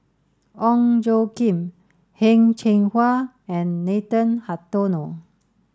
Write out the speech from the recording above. Ong Tjoe Kim Heng Cheng Hwa and Nathan Hartono